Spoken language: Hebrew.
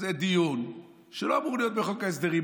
שזה דיון שלא אמור להיות בחוק ההסדרים,